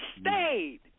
stayed